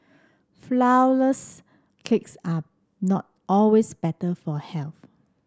flourless cakes are not always better for health